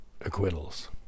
acquittals